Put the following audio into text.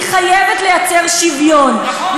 היא חייבת ליצור שוויון.